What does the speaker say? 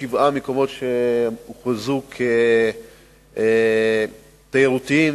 יש שבעה מקומות שהוכרזו כמקומות תיירותיים